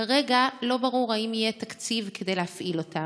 כרגע לא ברור אם יהיה תקציב כדי להפעיל אותם,